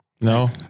No